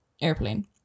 airplane